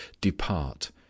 Depart